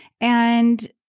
and-